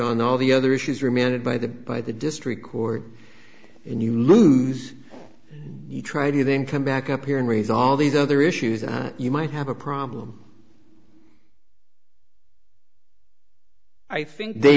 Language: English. on all the other issues remanded by the by the district court and you lose the try to then come back up here and raise all these other issues and you might have a problem i think they